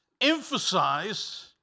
emphasize